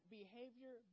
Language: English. behavior